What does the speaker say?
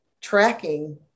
tracking